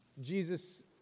Jesus